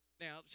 now